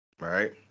right